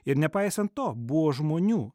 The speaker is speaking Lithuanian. ir nepaisant to buvo žmonių